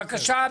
בבקשה,